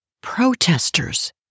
Protesters